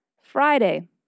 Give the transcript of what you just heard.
Friday